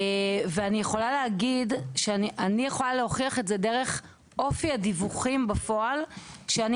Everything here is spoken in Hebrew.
אני יכולה להוכיח את זה דרך אופי הדיווחים בפועל שאני